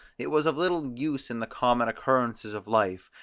it was of little use in the common occurrences of life,